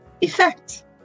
effect